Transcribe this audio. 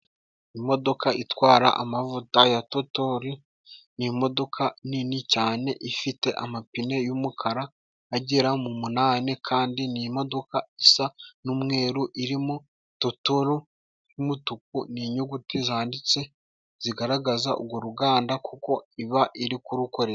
Imodoka itwara amavuta ya totori ni imodoka nini cyane ifite amapine y'umukara agera mu munane, kandi ni imodoka isa n'umweru irimo totoro y'umutuku ni inyuguti zanditse zigaragaza urwo ruganda kuko iba iri kurukorera.